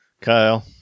Kyle